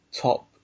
top